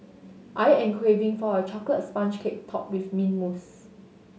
I am craving for a chocolate sponge cake topped with mint mousse